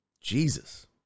Jesus